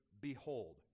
behold